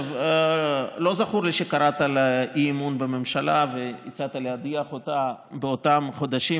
לא זכור לי שקראת לאי-אמון בממשלה והצעת להדיח אותה באותם חודשים